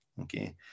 okay